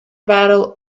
battle